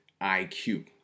IQ